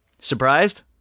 Surprised